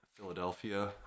philadelphia